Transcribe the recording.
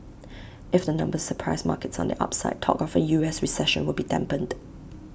if the numbers surprise markets on the upside talk of A U S recession will be dampened